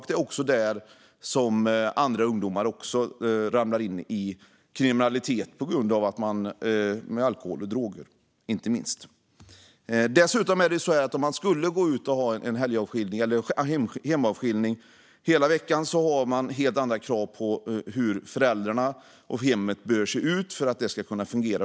Det är också då som andra ungdomar trillar in i kriminalitet, inte minst på grund av alkohol och droger. Dessutom, om man skulle ha helgavskiljning har man hela veckan helt andra krav på hur föräldrarna och hemmet bör se ut för att det ska kunna fungera.